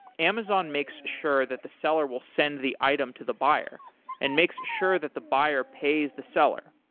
amazon makes sure that the seller will send the item to the buyer and makes sure that the buyer pays the seller.